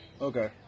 Okay